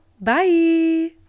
bye